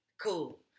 cool